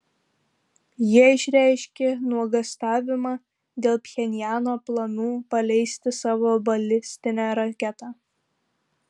jie išreiškė nuogąstavimą dėl pchenjano planų paleisti savo balistinę raketą